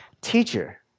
teacher